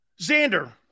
Xander